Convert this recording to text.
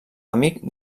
amic